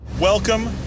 Welcome